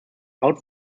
out